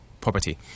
property